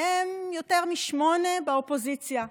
מהן יותר משמונה באופוזיציה.